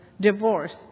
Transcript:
divorce